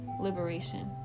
liberation